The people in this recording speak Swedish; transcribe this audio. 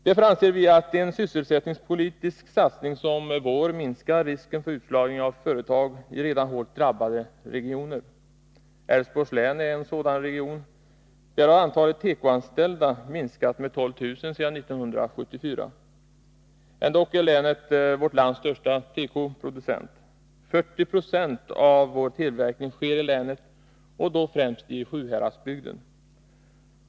Därför anser vi att en sysselsättningspolitisk satsning som vår minskar risken för utslagning av företag i redan hårt drabbade regioner. Älvsborgs län är en sådan region. Där har antalet tekoanställda minskat med 12 000 sedan 1974. Ändock är länet vårt lands största tekoproducent. 40 20 av vår tillverkning sker i länet, och då främst i Sjuhäradsbygden.